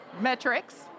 metrics